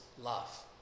love